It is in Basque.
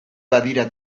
badira